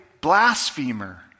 blasphemer